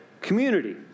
community